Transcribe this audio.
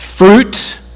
fruit